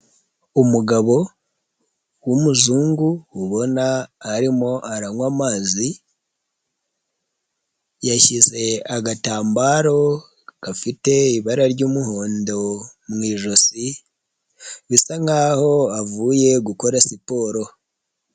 Umugabo w'umuzungu, ubona arimo aranywa amazi, yashyize agatambaro gafite ibara ry'umuhondo mu ijosi, bisa nkaho avuye gukora siporo.